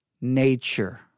nature